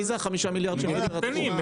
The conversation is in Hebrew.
מי זה חמישה המיליארד של יתר התחום?